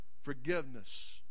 Forgiveness